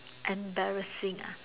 embarrassing ah